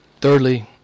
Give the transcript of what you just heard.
Thirdly